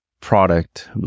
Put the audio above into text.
product